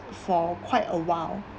for quite a while